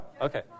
okay